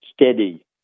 steady